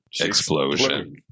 explosion